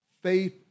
faith